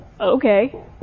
okay